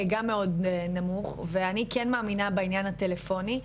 גם מאוד נמוך ואני כן מאמינה בעניין הטלפוני.